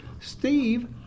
Steve